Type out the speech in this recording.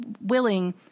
willing